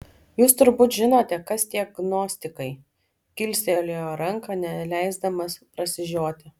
jūs turbūt žinote kas tie gnostikai kilstelėjo ranką neleisdamas prasižioti